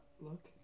look